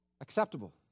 acceptable